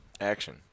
Action